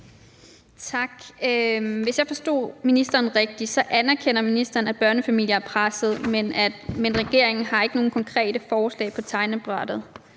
Tak. Hvis jeg forstod ministeren rigtigt, anerkender ministeren, at børnefamilier er presset, men at regeringen ikke har nogen konkrete forslag på tegnebrættet.